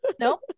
Nope